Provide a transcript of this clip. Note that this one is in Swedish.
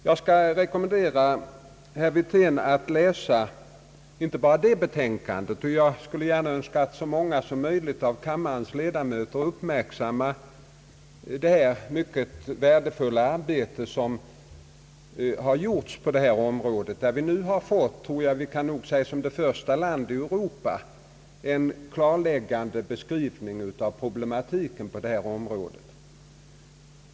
Jag vill rekommendera inte bara herr Wirtén att läsa det betänkandet — jag skulle önskat att så många som möjligt av kammarens ledamöter uppmärksammar det mycket värdefulla arbete som gjorts på detta område. Vi har nu — kanske som det första landet i Europa — fått en klarläggande beskrivning av problematiken på detta område.